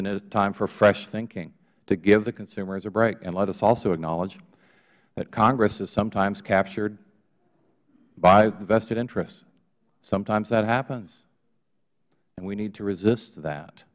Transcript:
it time for fresh thinking to give the consumers a break and let us also acknowledge that congress is sometimes captured by vested interests sometimes that happens and we need to resist that